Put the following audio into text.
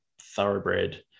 thoroughbred